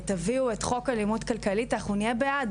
תביאו את חוק אלימות כלכלית אנחנו נהיה בעד.